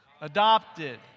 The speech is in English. adopted